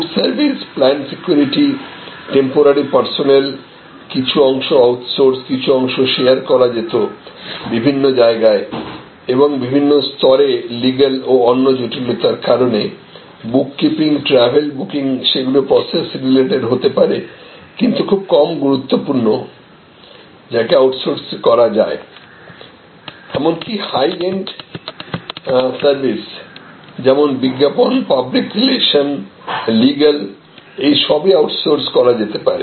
food service planned security temporary personnel কিছু অংশ outsourced কিছু অংশ শেয়ার করা যেত বিভিন্ন জায়গায় এবং বিভিন্ন স্তরে লিগাল ও অন্য জটিলতার কারণে বুককিপিং ট্র্যাভেল বুকিং যেগুলি প্রসেস রেলেটেড হতে পারে কিন্তু কম গুরুত্বপূর্ণ যাকে আউটসোর্স করা যায় এমনকি হাই এন্ড সার্ভিস যেমন বিজ্ঞাপন পাবলিক রিলেশন লিগাল এই সবই আউটসোর্সড করা যেতে পারে